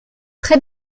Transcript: très